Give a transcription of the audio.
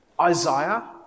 Isaiah